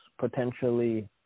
potentially